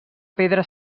pedra